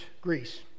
Greece